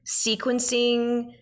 sequencing